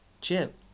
Chip